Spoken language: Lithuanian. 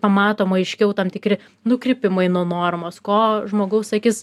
pamatoma aiškiau tam tikri nukrypimai nuo normos ko žmogaus akis